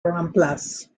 remplace